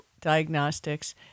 diagnostics